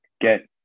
get